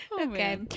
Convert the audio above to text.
okay